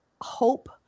hope